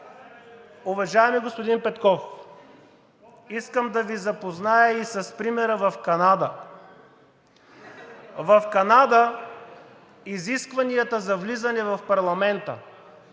Уважаеми господин Петков, искам да Ви запозная и с примера в Канада. (Смях.) Изискванията за влизане в канадския